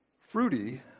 fruity